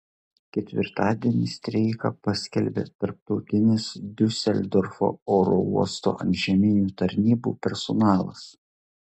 ketvirtadienį streiką paskelbė tarptautinio diuseldorfo oro uosto antžeminių tarnybų personalas